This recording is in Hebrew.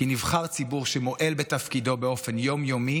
כי כשנבחר ציבור מועל בתפקידו באופן יום-יומי,